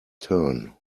turn